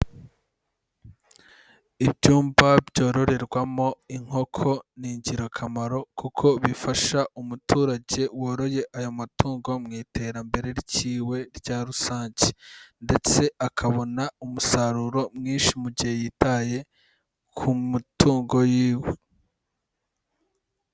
Ibyumba byororerwamo inkoko, ni ingirakamaro kuko bifasha umuturage woroye ayo matungo mu iterambere ryiiwe rya rusange ndetse akabona umusaruro mwinshi mu gihe yitaye ku matungo yiwe.